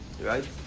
Right